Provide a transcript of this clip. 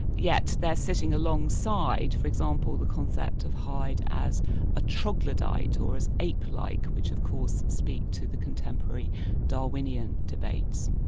yet they're sitting alongside for example, the concept of hyde as a troglodyte or as ape-like, which of course speak to the contemporary darwinian debates.